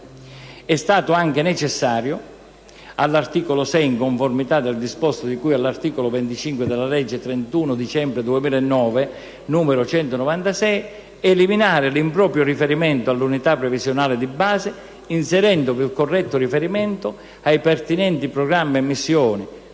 È stato inoltre necessario all'articolo 6, in conformità al disposto di cui all'articolo 25 della legge n. 196 del 31 dicembre 2009, eliminare l'improprio riferimento all'unità previsionale di base inserendovi il corretto riferimento ai pertinenti programmi e missioni